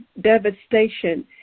devastation